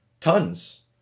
tons